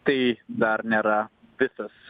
tai dar nėra visas